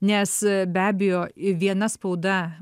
nes be abejo viena spauda